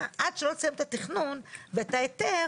שבעצם האזרחים הערביים שירצו להתחבר יצטרכו לשלם סכום גבוה ככל הניתן,